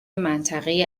منطقه